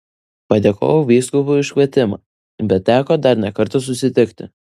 padėkojau vyskupui už kvietimą bet teko dar ne kartą susitikti